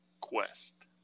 Quest